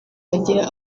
agira